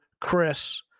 Chris